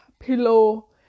Pillow